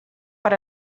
per